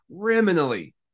criminally